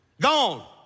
Gone